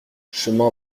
chemin